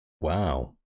Wow